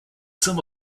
some